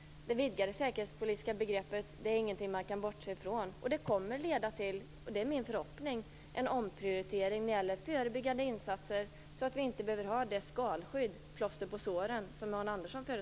Det vidgade säkerhetspolitiska begreppet är dock ingenting man kan bortse från, och det kommer att leda till - det är min förhoppning - en omprioritering när det gäller förebyggande insatser så att vi inte behöver ha det skalskydd, plåster på såren, som Arne